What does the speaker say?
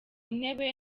ntebe